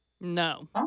No